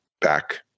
back